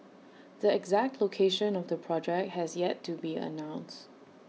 the exact location of the project has yet to be announced